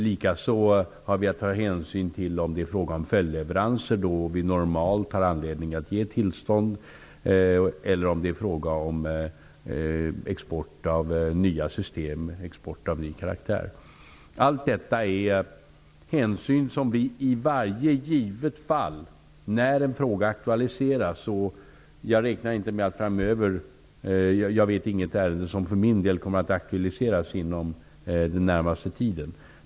Likaså har vi att ta hänsyn till om det är fråga om följdleveranser, då vi normalt har anledning att ge tillstånd, eller om det är fråga om export av nya system av ny karaktär. Jag vet för min del inget ärende som kommer att aktualiseras inom den närmaste tiden.